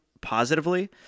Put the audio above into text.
positively